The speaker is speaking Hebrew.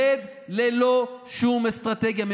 להתמודד ללא שום אסטרטגיה.